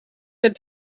had